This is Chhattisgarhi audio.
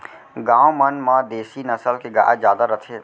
गॉँव मन म देसी नसल के गाय जादा रथे